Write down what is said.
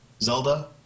Zelda